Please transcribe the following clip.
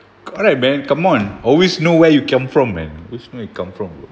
alright man come on always know where you come from man always know he come from